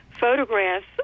photographs